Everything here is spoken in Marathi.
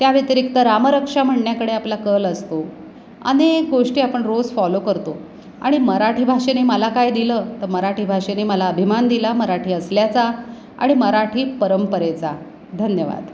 त्या व्यतिरिक्त रामरक्षा म्हणण्याकडे आपला कल असतो अनेक गोष्टी आपण रोज फॉलो करतो आणि मराठी भाषेने मला काय दिलं तर मराठी भाषेने मला अभिमान दिला मराठी असल्याचा आणि मराठी परंपरेचा धन्यवाद